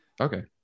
Okay